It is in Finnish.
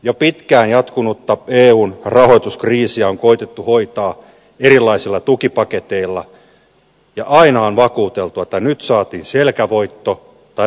jo pitkään jatkunutta eun rahoituskriisiä on koetettu hoitaa erilaisilla tukipaketeilla ja aina on vakuuteltu että nyt saatiin selkävoitto tai vähintäänkin torjuntavoitto